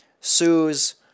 sues